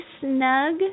snug